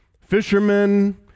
fishermen